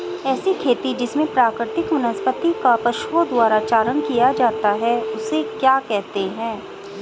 ऐसी खेती जिसमें प्राकृतिक वनस्पति का पशुओं द्वारा चारण किया जाता है उसे क्या कहते हैं?